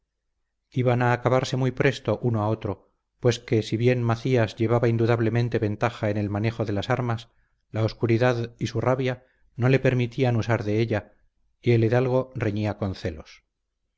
iban a acabarse muy presto uno a otro pues que si bien macías llevaba indudablemente ventaja en el manejo de las armas la oscuridad y su rabia no le permitían usar de ella y el hidalgo reñía con celos